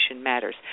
matters